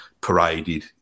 paraded